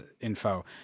info